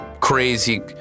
crazy